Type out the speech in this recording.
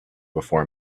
before